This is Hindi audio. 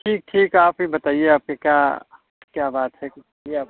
ठीक ठीक आप ही बताइए आपकी क्या क्या बात है